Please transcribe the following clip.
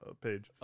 page